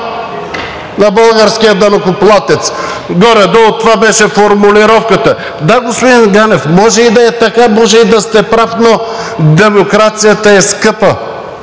на българския данъкоплатец, горе-долу това беше формулировката. Да, господин Ганев, може и да е така, може и да сте прав, но демокрацията е скъпа.